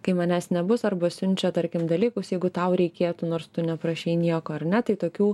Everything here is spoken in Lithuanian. kai manęs nebus arba siunčia tarkim dalykus jeigu tau reikėtų nors tu neprašei nieko ar ne tai tokių